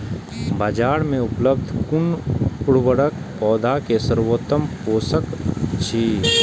बाजार में उपलब्ध कुन उर्वरक पौधा के सर्वोत्तम पोषक अछि?